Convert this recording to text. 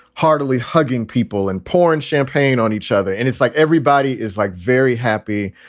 hardily hugging people and pouring champagne on each other. and it's like everybody is like very happy.